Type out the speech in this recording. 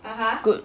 good